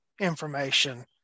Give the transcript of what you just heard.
information